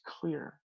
clear